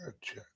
check